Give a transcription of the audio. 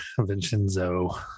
Vincenzo